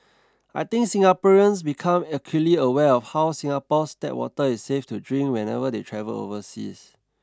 I think Singaporeans become acutely aware of how Singapore's tap water is safe to drink whenever they travel overseas